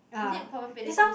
is it probability